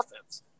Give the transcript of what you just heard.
offense